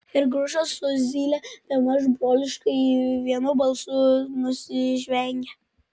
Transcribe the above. ir grušas su zyle bemaž broliškai vienu balsu nusižvengė